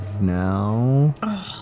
now